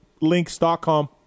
Links.com